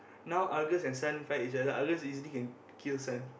now Argus and Sun fight each other Argus easily can kill Sun